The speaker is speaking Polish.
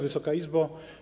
Wysoka Izbo!